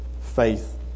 faith